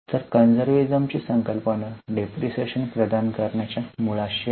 तर conservatism ची संकल्पना डिप्रीशीएशन प्रदान करण्याच्या मुळाशी आहे